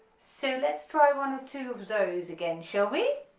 so let's try one or two of those again shall we.